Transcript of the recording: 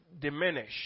diminish